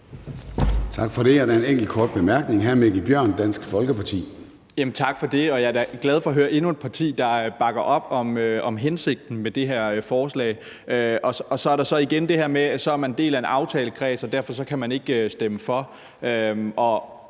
Tak for det. Og jeg er da glad for at høre, at endnu et parti bakker op om hensigten med det her forslag. Så er der igen det her med, at man er en del af en aftalekreds, og derfor kan man ikke stemme for.